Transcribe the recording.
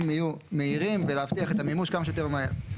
יהיו מהירים ולהבטיח את המימוש כמה שיותר מהר.